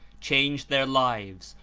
changed their lives,